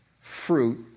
fruit